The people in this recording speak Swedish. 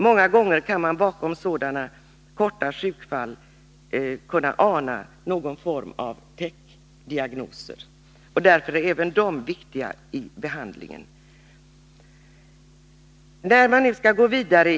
Många gånger kan bakom sådana kortvariga sjukfall anas någon form av täckdiagnoser, och därför är även de viktiga vad gäller försäkringsmässig behandling.